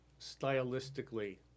stylistically